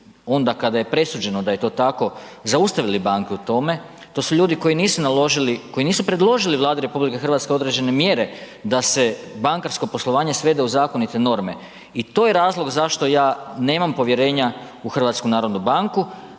onda kada je presuđeno da je to tako zaustavili banke u tome, to su ljudi koji nisu naložili koji nisu predložili Vladi RH određene mjere da se bankarsko poslovanje svede u zakonite norme. I to je razlog zašto ja nemam povjerenja u HNB, a HNB